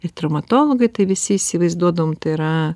ir traumatologai tai visi įsivaizduodavome tai yra